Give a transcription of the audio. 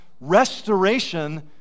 restoration